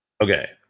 okay